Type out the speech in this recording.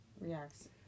reacts